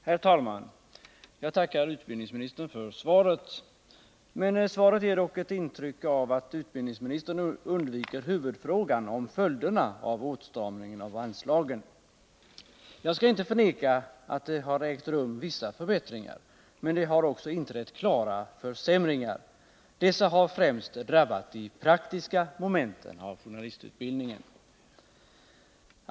Herr talman! Jag tackar utbildningsministern för svaret. Svaret ger dock ett intryck av att utbildningsministern undviker huvudfrågan om följderna av åtstramningen av anslagen. Jag skall inte förneka att det skett vissa förbättringar, men det har också inträtt klara försämringar. Dessa har främst drabbat de praktiska momenten av journalistutbildningen.